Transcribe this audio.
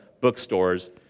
bookstores